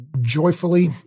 joyfully